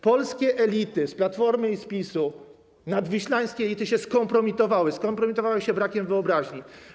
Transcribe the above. Polskie elity z Platformy i z PiS, nadwiślańskie elity, się skompromitowały - skompromitowały się brakiem wyobraźni.